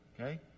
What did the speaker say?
Okay